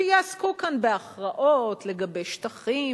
שיעסקו כאן בהכרעות לגבי שטחים,